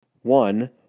One